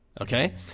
Okay